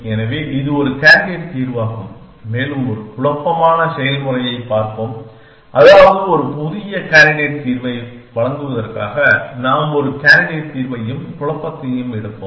எனவே இது ஒரு கேண்டிடேட் தீர்வாகும் மேலும் ஒரு குழப்பமான செயல்முறையைப் பார்ப்போம் அதாவது ஒரு புதிய கேண்டிடேட் தீர்வை வழங்குவதற்காக நாம் ஒரு கேண்டிடேட் தீர்வையும் குழப்பத்தையும் எடுப்போம்